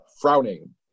frowning